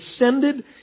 ascended